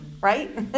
right